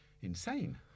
insane